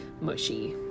mushy